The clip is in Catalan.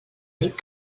nit